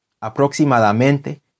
Aproximadamente